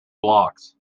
blocks